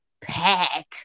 pack